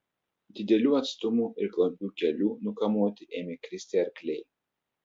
didelių atstumų ir klampių kelių nukamuoti ėmė kristi arkliai